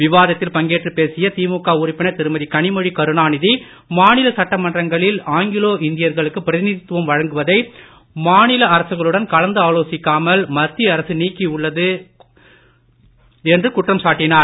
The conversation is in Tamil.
விவாதத்தில் பங்கேற்றுப் பேசிய திமக உறுப்பினர் திருமதி கனிமொழி கருணாநிதி மாநில சட்டமன்றங்களில் ஆங்கிலோ இந்தியர்களுக்கு பிரதிநிதித்துவம் வழங்குவதை மாநில அரசுகளுடன் கலந்து ஆலோசிக்காமல் மத்திய அரசு நீக்கி உள்ளது என்று குற்றம் சாட்டினார்